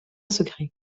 secret